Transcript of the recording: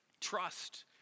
Trust